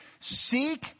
Seek